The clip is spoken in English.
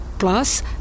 Plus